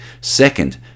Second